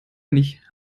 nicht